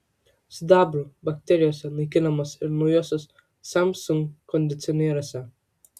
sidabru bakterijos naikinamos ir naujuosiuose samsung kondicionieriuose